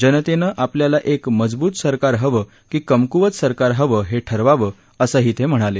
जनतेनं आपल्याला एक मजबूत सरकार हवं की कमकूवत सरकार हवं हे ठरवावं असंही ते म्हणाले